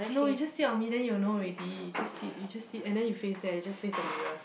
no you just sit on me then you'll know already just sit you just sit and then you face there just face the mirror